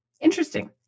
Interesting